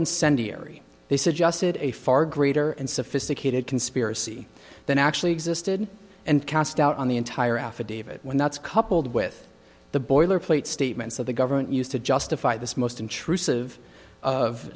incendiary they suggested a far greater and sophisticated conspiracy than actually existed and cast doubt on the entire affidavit when that's coupled with the boilerplate statements that the government used to justify this most intrusive of